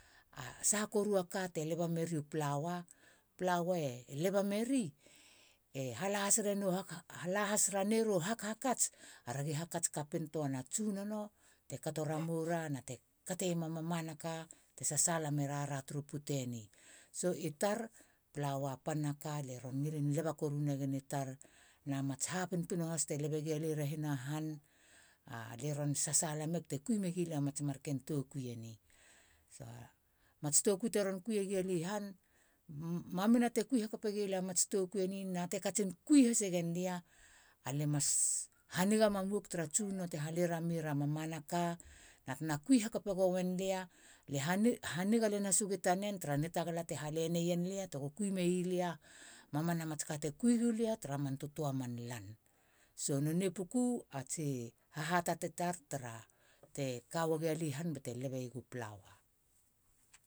A sahaka koru te leba meri u plaua. Plaua e leba meri e hala has, hala has ranei ra u hakhakats aragi hakats kapi töana a tsunono te kato ramou ra na te kateiema mamanaka te sasaala merara turu puta eni. So i tar plaua pana ka lie ron ngilin leba koru negen i tar na mats ha pinopino has te lebe gia lia i rehina han. Alie ron sasaala meg te kui megi lia mats marken toukui eni. So amats toukui te ron kuie gi lia i han mamina te kui hakape gi lia a mats toukui eni na te katsin kui hasegen lia, alie mas haniga mam uagu tara tsunono te hala ramei ra mamanaka na tena kui hakape goen lia, lie haniga len has ueg i tanen tara nitagala te hale neien lia tego kui meilia mamana matska te kui gulia tara man tötöa man lan. So nonei puku a tsi hahatate tar tara te ka uagu lia i han bate lebeieg u plaua.